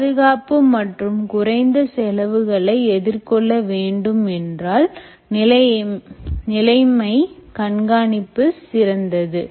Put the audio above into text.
பாதுகாப்பு மற்றும் குறைந்த செலவுகளை எதிர்கொள்ள வேண்டும் என்றால் நிலைமை கண்காணிப்பு சிறந்தது